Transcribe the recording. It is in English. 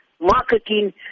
marketing